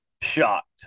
shocked